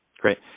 Great